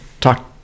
Talk